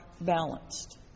balanced